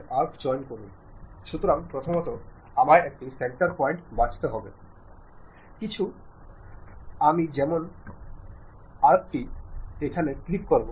അത്തരമൊരു സാഹചര്യത്തിലെ ആശയവിനിമയ പ്രവാഹം വെർട്ടിക്കൽ അല്ലെങ്കിൽ അത് സമാന്തരം ആയിരിക്കാം